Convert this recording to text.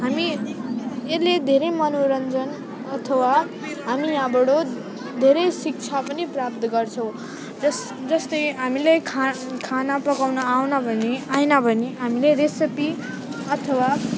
हामी यसले धेरै मनोरञ्जन अथवा हामी यहाँबाट धेरै शिक्षा पनि प्राप्त गर्छौँ जस् जस्तै हामीलाई खा खाना पकाउन आउन भने आएन भने हामीले रेसिपी अथवा